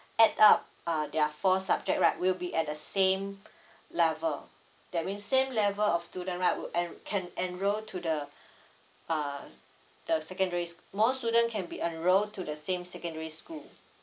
add up uh their four subject right will be at the same level that means same level of student right would en~ can enrol to the uh the secondary sch~ more student can be enrol to the same secondary school